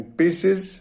pieces